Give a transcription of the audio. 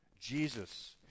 Jesus